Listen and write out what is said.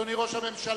אדוני ראש הממשלה,